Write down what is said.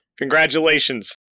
Congratulations